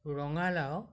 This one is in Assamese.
ৰঙালাও